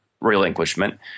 relinquishment